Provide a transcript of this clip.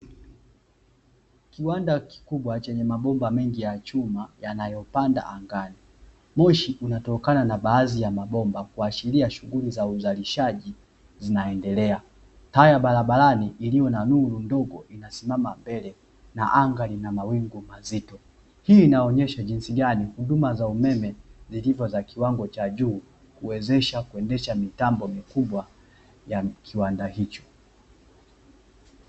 Kiwanda kikubwa chenye mabomba mengi ya chuma; yanayopanda angani. Moshi unatokana na baadhi ya mabomba, kuashiria shughuli za uzalishaji zinaendelea. Taa ya barabarani iliyo na nuru ndogo, inasimama mbele na anga lina mawingu mazito. Hii inaonyesha jinsi gani huduma za umeme zilivyo za kiwango cha juu, kuwezesha kuendesha mitambo mikubwa ya kiwanda hicho.